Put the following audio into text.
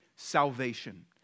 salvation